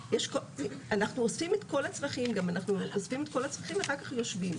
אנחנו אוספים את כל הצרכים ואחר כך יושבים.